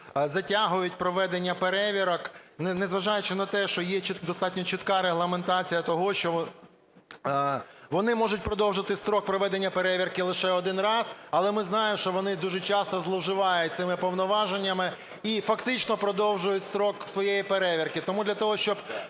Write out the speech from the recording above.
затягують проведення перевірок, незважаючи на те, що є достатньо чітка регламентація того, що вони можуть продовжити строк проведення перевірки лише один раз, але ми знаємо, що вони дуже часто зловживають цими повноваженнями і фактично продовжують строк своєї перевірки. Тому для того, щоб